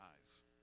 eyes